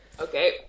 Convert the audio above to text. okay